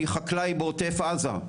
אני חקלאי בעוטף עזה,